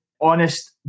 honest